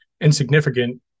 insignificant